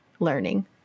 learning